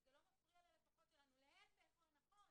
זה לא מפריע ללקוחות שלנו, ההפך הוא הנכון.